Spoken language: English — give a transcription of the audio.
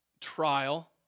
trial